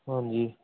ਹਾਂਜੀ